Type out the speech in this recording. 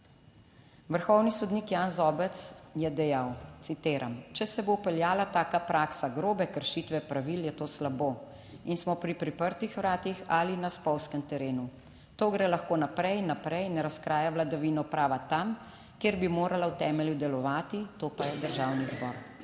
Vrhovni sodnik Jan Zobec je dejal, citiram: "Če se bo vpeljala taka praksa, grobe kršitve pravil je to slabo in smo pri priprtih vratih ali na spolzkem terenu. To gre lahko naprej, naprej in razkraja vladavino prava tam, kjer bi morala v temelju delovati, to pa je Državni zbor.",